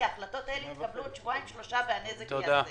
כי ההחלטות האלה יתקבעו עוד שבועיים שלושה והנזק ייעשה.